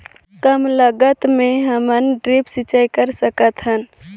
कम लागत मे हमन ड्रिप सिंचाई कर सकत हन?